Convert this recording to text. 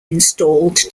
installed